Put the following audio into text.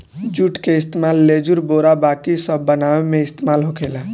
जुट के इस्तेमाल लेजुर, बोरा बाकी सब बनावे मे इस्तेमाल होखेला